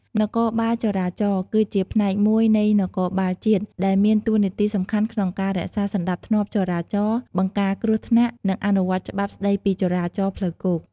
នគរបាលចរាចរណ៍ គឺជាផ្នែកមួយនៃនគរបាលជាតិ ដែលមានតួនាទីសំខាន់ក្នុងការរក្សាសណ្ដាប់ធ្នាប់ចរាចរណ៍ បង្ការគ្រោះថ្នាក់ និងអនុវត្តច្បាប់ស្ដីពីចរាចរណ៍ផ្លូវគោក។